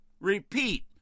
Repeat